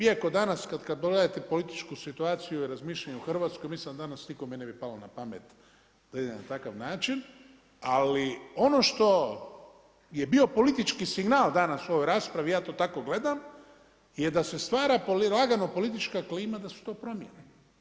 Iako danas kada pogledate političku situaciju i razmišljanje u Hrvatskoj mislim da danas nikome ne bi palo na pamet da ide na takav način ali ono što je bio politički signal danas u ovoj raspravi ja to tako gledam je da se stvara lagano politička klima da su to promjene.